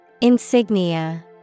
Insignia